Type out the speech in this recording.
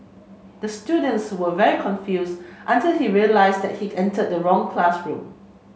the students was very confused until he realised he entered the wrong classroom